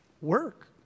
work